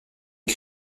est